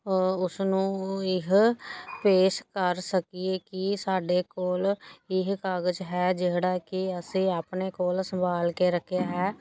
ਉਸ ਨੂੰ ਇਹ ਪੇਸ਼ ਕਰ ਸਕੀਏ ਕਿ ਸਾਡੇ ਕੋਲ ਇਹ ਕਾਗਜ਼ ਹੈ ਜਿਹੜਾ ਕਿ ਅਸੀਂ ਆਪਣੇ ਕੋਲ ਸੰਭਾਲ ਕੇ ਰੱਖਿਆ ਹੈ